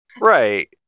Right